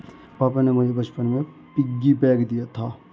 पापा ने मुझे बचपन में पिग्गी बैंक दिया था